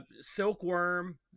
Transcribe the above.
Silkworm